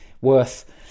worth